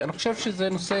אני חושב שאבסורד